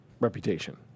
reputation